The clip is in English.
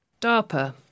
DARPA